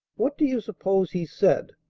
what do you suppose he said,